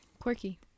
quirky